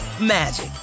magic